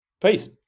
Peace